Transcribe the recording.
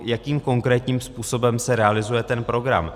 Jakým konkrétním způsobem se realizuje ten program?